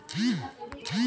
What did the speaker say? फसल चक्रण क्या होता है?